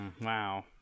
Wow